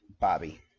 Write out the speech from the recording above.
Bobby